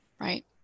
right